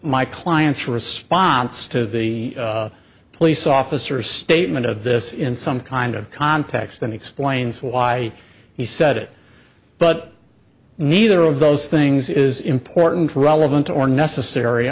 my client's response to the police officers statement of this in some kind of context that explains why he said it but neither of those things is important relevant or necessary